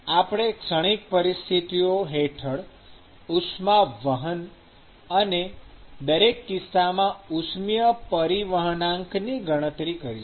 આપણે ક્ષણિક પરિસ્થિતિઓ હેઠળ ઉષ્માવહન અને દરેક કિસ્સામાં ઉષ્મિય પરિવહનાંકની ગણતરી પણ કરીશું